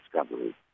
discovery